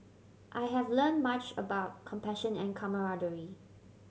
I have learned much about compassion and camaraderie